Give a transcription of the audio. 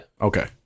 Okay